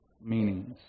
meanings